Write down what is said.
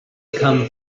come